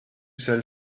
sell